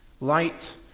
Light